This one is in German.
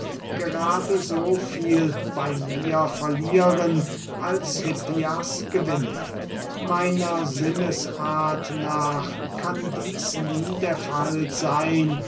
gerade so viel bey mir verlieren als hippias gewinne meiner sinnesart nach kann dieß nie der fall seyn